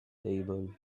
table